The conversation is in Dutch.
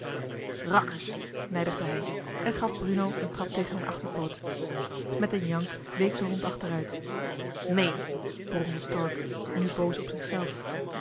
rakkers nijdigde hij en gaf bruno een trap tegen een achterpoot met een jank week de hond achteruit mee bromde stork nu boos op zichzelf